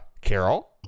Carol